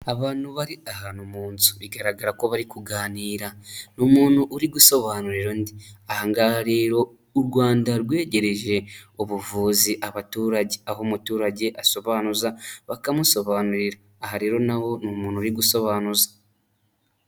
Abantu bari ahantu mu nzu bigaragara ko bari kuganira, umuntu uri gusobanurira undi bigaragaza ko u Rwanda rwegereje ubuvuzi abaturage aho umuturage asobanuza bakamusobanurira aha rero naho n’umuntu uri gusobanuza.